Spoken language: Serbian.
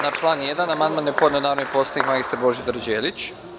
Na član 1. amandman je podneo narodni poslanik mr Božidar Đelić.